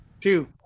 Two